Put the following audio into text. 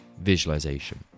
visualization